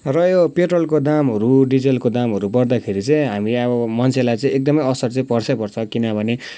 र यो पेट्रोलको दामहरू डिजेलको दामहरू बड्दाखेरि चाहिँ हामीलाई अब मान्छेलाई चाहिँ एकदमै असर चाहिँ पर्छै पर्छ किनभने